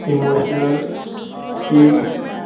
emotional की